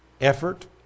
effort